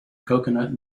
coconut